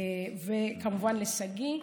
וכמובן לשגיא,